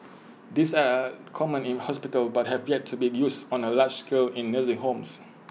these are common in hospitals but have yet to be used on A large scale in nursing homes